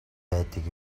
байдаг